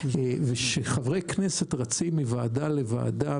ושחברי כנסת רצים מוועדה לוועדה